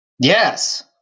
Yes